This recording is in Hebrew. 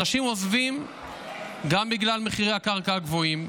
אנשים עוזבים גם בגלל מחירי הקרקע הגבוהים,